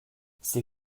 ces